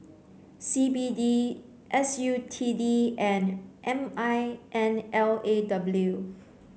C B D S U T D and M I N L A W